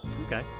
Okay